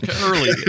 early